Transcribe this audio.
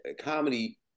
comedy